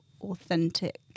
authentic